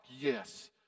yes